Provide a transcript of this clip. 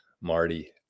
Marty